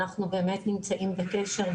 אנחנו באמת נמצאים בקשר.